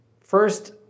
first